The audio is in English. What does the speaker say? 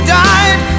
died